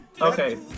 Okay